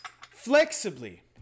flexibly